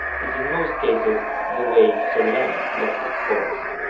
is in most cases the way solesmes left it for us.